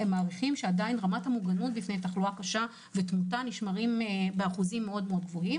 הם מעריכים שרמת המוגנות מפני תחלואה קשה ותמותה נשמרים בשיעור גבוה.